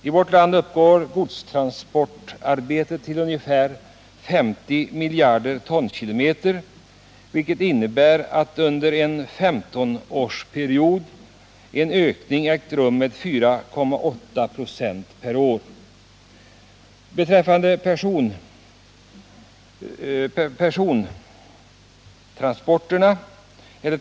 I vårt land uppgår godstransportarbetet till ungefär 50 miljarder tonkilometer, vilket innebär att en ökning med 4,8 96 per år har ägt rum under en 15-årsperiod.